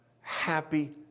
happy